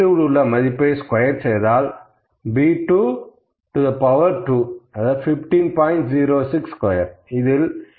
B2ல் உள்ள மதிப்பை ஸ்கொயர் செய்தால் B22 15